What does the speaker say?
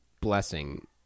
blessing